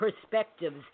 perspectives